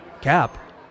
Cap